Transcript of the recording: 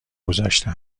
گذاشته